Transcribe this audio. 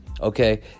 Okay